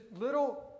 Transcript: little